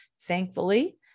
thankfully